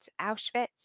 Auschwitz